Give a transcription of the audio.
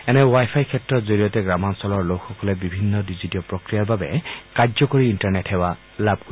এনে wi fi ক্ষেত্ৰৰ জৰিয়তে গ্ৰামাঞ্চলৰ লোকসকলে বিভিন্ন ডিজিটীয় প্ৰক্ৰিয়াৰ বাবে কাৰ্যকৰী ইণ্টাৰনেত সেৱা লাভ কৰিব